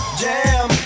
jam